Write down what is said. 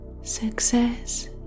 Success